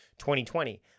2020